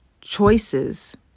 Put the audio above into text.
choices